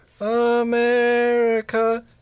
america